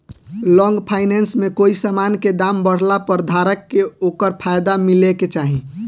long finance में कोई समान के दाम बढ़ला पर धारक के ओकर फायदा मिले के चाही